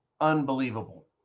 Unbelievable